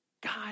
God